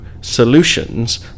solutions